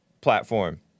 platform